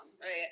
right